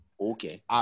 Okay